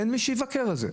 אין מי שיבקר את זה.